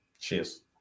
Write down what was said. Cheers